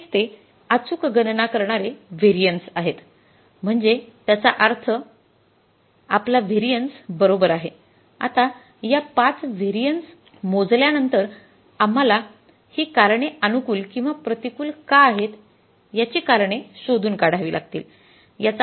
तेच ते अचूक गणना करणारे व्हेरिएन्स आहेत म्हणजे त्याचा अर्थ आपला व्हेरिएन्स बरोबर आहे आता या ५ व्हेरिएन्समोजल्यानंतर आम्हाला ही कारणे अनुकूल किंवा प्रतिकूल का आहेत याची कारणे शोधून काढावी लागतील